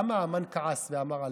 למה המן כעס ואמר עליהם?